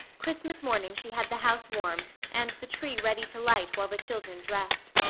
christmas morning she had the house warm and the tree ready to light while the children dressed.